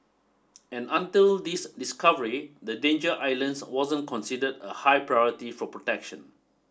and until this discovery the Danger Islands wasn't considered a high priority for protection